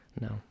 No